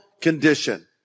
condition